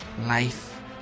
life